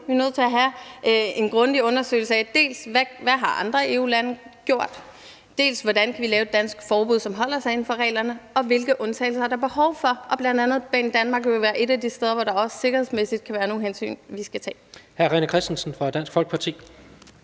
Vi er nødt til at have en grundig undersøgelse af, dels hvad andre EU-lande har gjort, og hvordan vi kan lave et dansk forbud, som holder sig inden for reglerne, dels hvilke undtagelser der er behov for. Banedanmark vil bl.a. være et af de steder, hvor der har også sikkerhedsmæssigt kan være nogle hensyn, vi skal tage. Kl. 16:04 Tredje næstformand